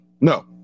No